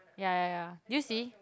yeah yeah yeah did you see